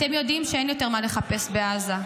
אתם יודעים שאין יותר מה לחפש בעזה,